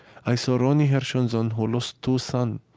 i saw roni hirshenson, who lost two sons,